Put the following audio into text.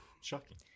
Shocking